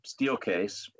Steelcase